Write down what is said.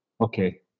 okay